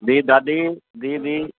जी दादी जी जी